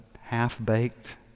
half-baked